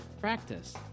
practice